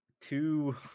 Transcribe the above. two